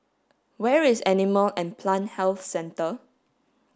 where is Animal and Plant Health Centre